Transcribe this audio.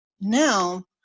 now